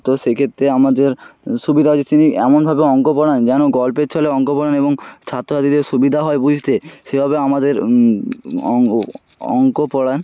তো সেক্ষেত্রে আমাদের সুবিধা যে তিনি এমনভাবে অঙ্ক পড়ান যেন গল্পের ছলে অঙ্ক পড়ান এবং ছাত্রছাত্রীদের সুবিধা হয় বুঝতে সেভাবে আমাদের অঙ্ক পড়ান